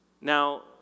Now